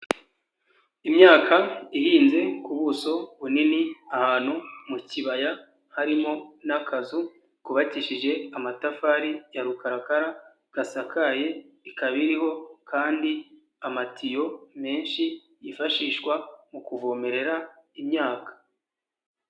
Imyaka ihinze ku buso bunini ahantu mu kibaya harimo n'akazu kubakishije amatafari ya rukarakara gasakaye, ikaba iriho kandi amatiyo menshi yifashishwa mu kuvomerera imyaka.